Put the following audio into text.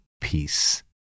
peace